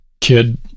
kid